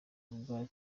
gikorwa